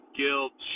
guilt